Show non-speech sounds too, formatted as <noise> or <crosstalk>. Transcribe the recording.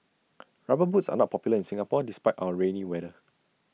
<noise> rubber boots are not popular in Singapore despite our rainy weather